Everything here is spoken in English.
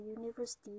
university